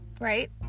right